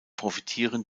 profitieren